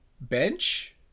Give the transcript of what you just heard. bench